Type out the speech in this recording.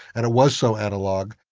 and it was so analog.